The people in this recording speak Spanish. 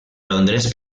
londres